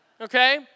okay